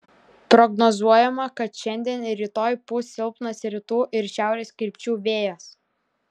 prognozuojama kad šiandien ir rytoj pūs silpnas rytų ir šiaurės krypčių vėjas